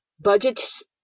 budgets